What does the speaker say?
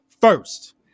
first